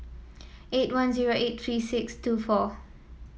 eight one zero eight three six two four